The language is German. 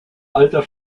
alter